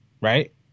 Right